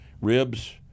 Ribs